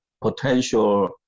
potential